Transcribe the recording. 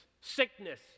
Sickness